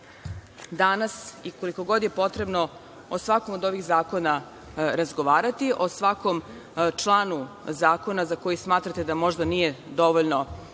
danas, i koliko god je potrebno, o svakom od ovih zakona razgovarati, o svakom članu zakona za koji smatrate da možda nije dovoljno